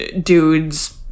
dudes